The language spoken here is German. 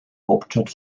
hauptstadt